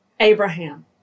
Abraham